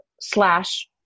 slash